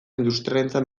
industriarentzat